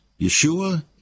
Yeshua